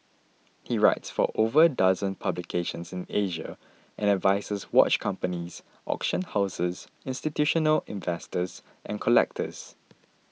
he writes for over a dozen publications in Asia and advises watch companies auction houses institutional investors and collectors